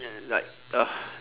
and like uh